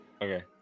Okay